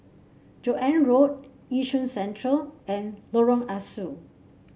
Joan Road Yishun Central and Lorong Ah Soo